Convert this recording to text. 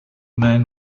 man